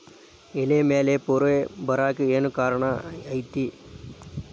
ಎಲೆ ಮ್ಯಾಲ್ ಪೊರೆ ಬರಾಕ್ ಕಾರಣ ಏನು ಐತಿ?